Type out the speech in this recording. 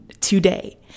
today